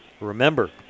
Remember